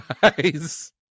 guys